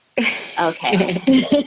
Okay